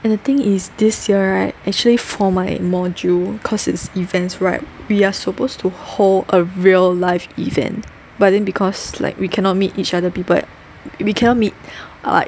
and the thing is this year right actually for my module cause it's events right we are supposed to hold a real life event but then because like we cannot meet each other people we cannot meet like